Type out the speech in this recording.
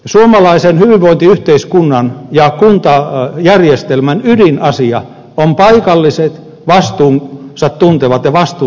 suomalaisen hyvinvointiyhteiskunnan ja kuntajärjestelmän ydinasia ovat paikalliset vastuunsa tuntevat ja vastuuta kantavat päättäjät